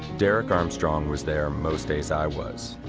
derek armstrong was there most days i was.